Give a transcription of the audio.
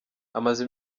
amaze